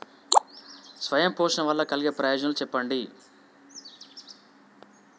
స్వయం పోషణ వల్ల కలిగే ప్రయోజనాలు చెప్పండి?